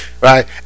Right